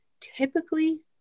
typically